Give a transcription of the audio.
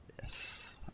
yes